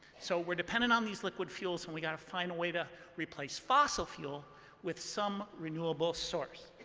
so we're dependent on these liquid fuels. and we've got to find a way to replace fossil fuel with some renewable source,